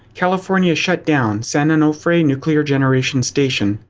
california shut down san onofre nuclear generation station.